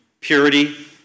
purity